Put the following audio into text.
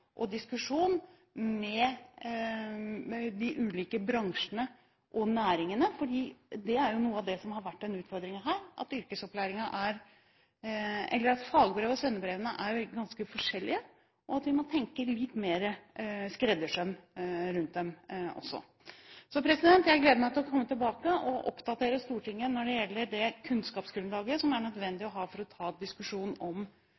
og diskusjon med de ulike bransjene og næringene. Noe av det som har vært utfordringen her, er at fagbrev og svennebrev jo er ganske forskjellige, og at vi må tenke litt mer skreddersøm også rundt dem. Jeg gleder meg til å komme tilbake og oppdatere Stortinget når det gjelder det kunnskapsgrunnlaget som er nødvendig for å ta diskusjonen om